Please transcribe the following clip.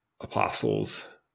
apostles